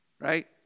Right